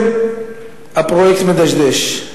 בעצם, הפרויקט מדשדש.